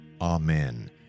Amen